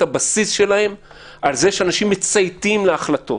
הבסיס שלהם על זה שהאנשים מצייתים להחלטות.